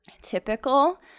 typical